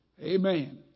Amen